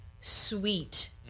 sweet